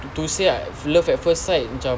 to to say ah love at first sight cam